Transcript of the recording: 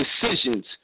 decisions